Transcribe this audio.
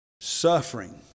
suffering